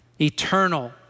eternal